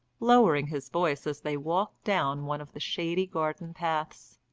lowering his voice as they walked down one of the shady garden paths.